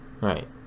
right